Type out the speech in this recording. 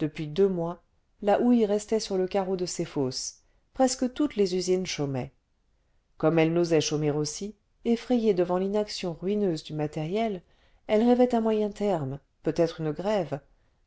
depuis deux mois la houille restait sur le carreau de ses fosses presque toutes les usines chômaient comme elle n'osait chômer aussi effrayée devant l'inaction ruineuse du matériel elle rêvait un moyen terme peut-être une grève